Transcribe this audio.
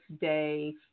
day